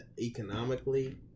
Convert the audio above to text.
economically